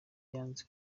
yanze